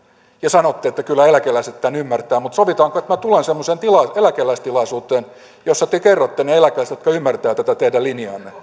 ja sanotte että kyllä eläkeläiset tämän ymmärtävät mutta sovitaanko että minä tulen sellaiseen eläkeläistilaisuuteen jossa te kerrotte niille eläkeläisille jotka ymmärtävät tätä teidän linjaanne